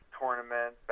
tournament